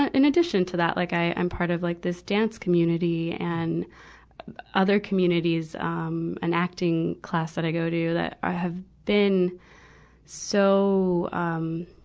ah in addition to that, like i, i'm part of like this dance community and other communities, um, an acting class that i go to that have been so, um,